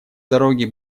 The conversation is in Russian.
дороги